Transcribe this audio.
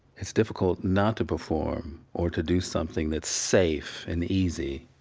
it's difficult not to perform or to do something that's safe and easy.